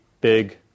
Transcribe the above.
big